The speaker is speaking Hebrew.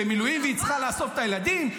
במילואים, והיא צריכה לאסוף את הילדים?